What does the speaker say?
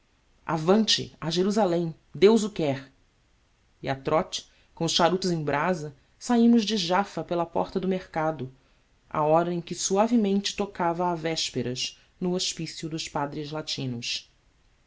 avante a jerusalém deus o quer e a trote com os charutos em brasa saímos de jafa pela porta do mercado à hora em que suavemente tocava a vésperas no hospício dos padres latinos